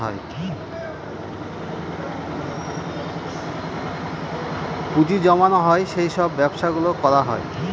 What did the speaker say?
পুঁজি জমানো হয় সেই সব ব্যবসা গুলো করা হয়